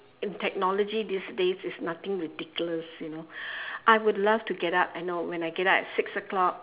with technology these days it's nothing ridiculous you know I would love to get up I know when I get up at six o-clock